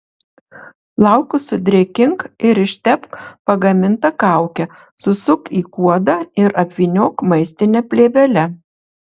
plaukus sudrėkink ir ištepk pagaminta kauke susuk į kuodą ir apvyniok maistine plėvele